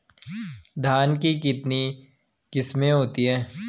धान की कितनी किस्में होती हैं?